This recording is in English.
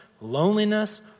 loneliness